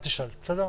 (ב)